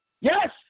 Yes